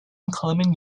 common